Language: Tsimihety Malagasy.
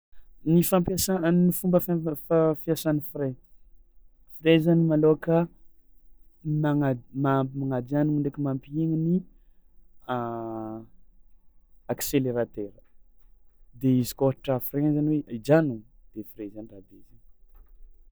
Ny fampiasa- ny fomba fia- f- fa- fiasan'ny frein, frein zany malôhaka magna- ma- magnajanogno ndraiky mampihegny ny akseleratera de izy koa ôhatra frein zany hoe hijanogno de frein zany rabezigny.